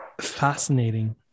Fascinating